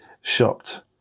shopped